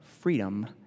freedom